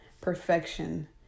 Perfection